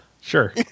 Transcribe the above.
Sure